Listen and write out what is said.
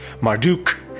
Marduk